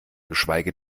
geschweige